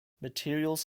materials